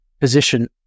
position